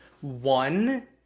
One